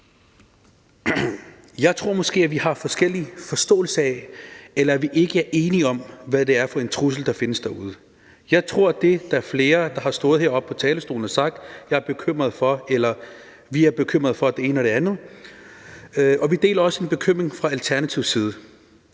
Jeg tror måske, vi har forskellig forståelse af, eller at vi ikke er enige om, hvad det er for en trussel, der findes derude. Der er flere, der har stået heroppe på talerstolen og sagt, at de er bekymrede for det ene og det andet, og vi deler også en bekymring fra Alternativets side.